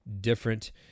different